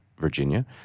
Virginia